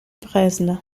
bresle